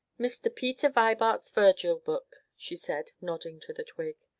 mr. peter vibart's virgil book! she said, nodding to the twig.